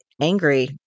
angry